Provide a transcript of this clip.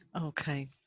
Okay